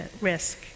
risk